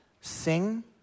Sing